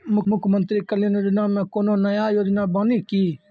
मुख्यमंत्री कल्याण योजना मे कोनो नया योजना बानी की?